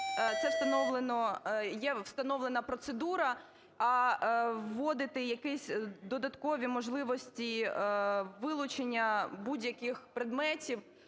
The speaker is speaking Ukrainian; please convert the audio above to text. є встановлена процедура. А вводити якісь додаткові можливості вилучення будь-яких предметів